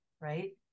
right